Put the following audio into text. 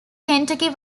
kentucky